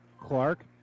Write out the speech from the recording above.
Clark